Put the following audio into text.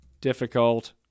difficult